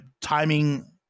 timing